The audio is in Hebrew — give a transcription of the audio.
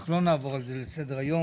אנחנו לא נעבור על זה לסדר היום.